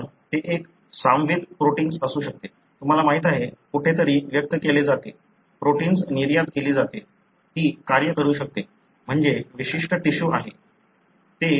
पण ते एक स्रावित प्रोटिन्स असू शकते तुम्हाला माहिती आहे कुठेतरी व्यक्त केले जाते प्रोटिन्स निर्यात केली जाते ती कार्य करू शकते म्हणजे विशिष्ट टिश्यू आहे